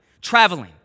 traveling